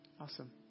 Awesome